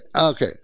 okay